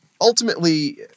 ultimately